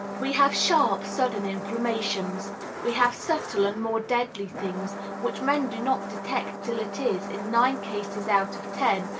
we have sharp, sudden inflammations we have subtle and more deadly things, which men do not detect till it is, in nine cases out of ten,